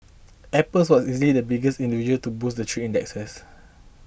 apple was easily the biggest individual to boost the three indexes